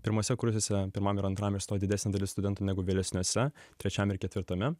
pirmuose kursuose pirmam ir antram išstoja didesnė dalis studentų negu vėlesniuose trečiam ir ketvirtame